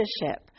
leadership